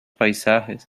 paisajes